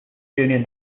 union